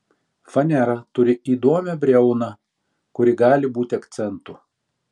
fanera turi įdomią briauną kuri gali būti akcentu